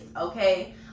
Okay